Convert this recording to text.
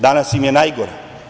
Danas im je najgora.